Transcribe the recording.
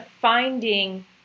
finding